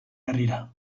herrira